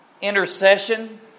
intercession